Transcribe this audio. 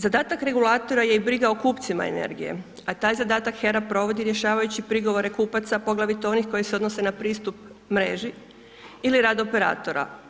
Zadatak regulatora je i briga o kupcima energije, a taj zadatak HERA provodi rješavajući prigovore kupaca, poglavito onih koji se odnose na pristup mreži ili rad operatora.